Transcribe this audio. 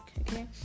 okay